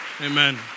amen